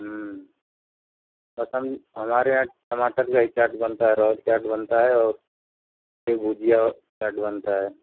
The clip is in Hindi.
पसंद हमारे यहाँ टमाटर का ही चाट बनता है रोयल चाट बनता है और ये भुजिया चाट बनता है